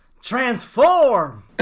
transform